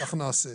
כך נעשה.